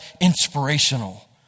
inspirational